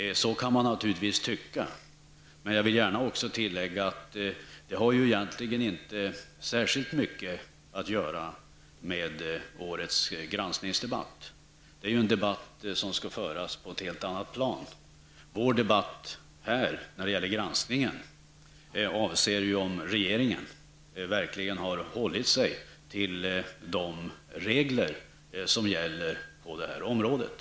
Så kan man naturligtvis tycka, men jag vill gärna tillägga att detta egentligen inte har särskilt mycket att göra med årets granskningsdebatt. Den debatten skall ju föras på ett helt annat plan. Vår debatt beträffande granskningen avser ju om regeringen verkligen har hållit sig till de regler som gäller på det här området.